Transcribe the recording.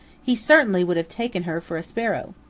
he certainly would have taken her for a sparrow.